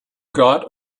got